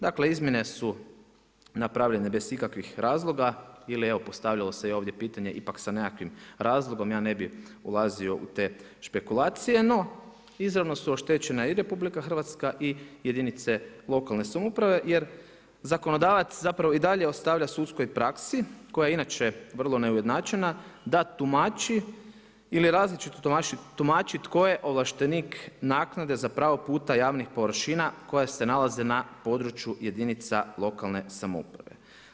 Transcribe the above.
Dakle, izmjene su napravljene bez ikakvih razloga, ili evo, postavilo se i ovdje pitanje ipak s nekakvim razlogom, ja ne bih ulazio u te špekulacije, no izravno su oštećene i RH i jedinice lokalne samouprave jer zakonodavac zapravo i dalje ostavlja sudskoj praksi, koja je inače vrlo neujednačena, da tumači ili različito tumači tko je ovlaštenik naknade za pravog puta javnih površina koje se nalaze na području jedinica lokalne samouprave.